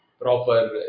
proper